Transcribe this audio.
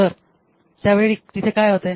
तर त्यावेळी तिथे काय होते